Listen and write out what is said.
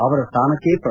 ಅವರ ಸ್ಥಾನಕ್ಕೆ ಪ್ರೋ